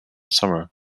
summer